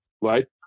right